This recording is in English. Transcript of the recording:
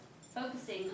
focusing